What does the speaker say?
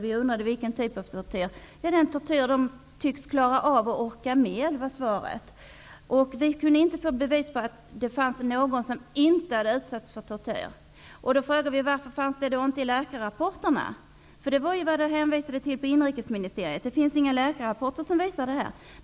Vi undrade vilken typ av tortyr. Den tortyr de tycks klara av och orka med var svaret. Vi kunde inte få bevis på att det fanns någon som inte hade utsatts för tortyr. Då frågade vi varför inte detta omnämndes i rapporterna. På inrikesministeriet hade man nämligen hänvisat till att inga läkarrapporter talade om tortyr.